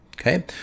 okay